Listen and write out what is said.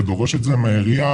ודורש את זה מהעירייה,